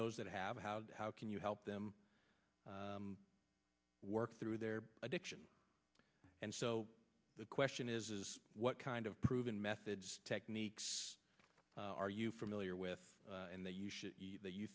those that have how to how can you help them work through their addiction and so the question is is what kind of proven methods techniques are you familiar with and that you